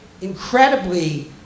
incredibly